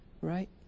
right